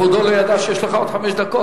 כבודו לא ידע שיש לו עוד חמש דקות,